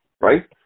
Right